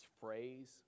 phrase